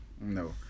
no